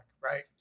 right